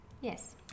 yes